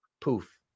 poof